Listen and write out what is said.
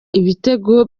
ibitego